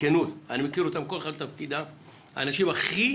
בכנות כי אני מכיר כל אחד בתפקידו, אנשים שהכי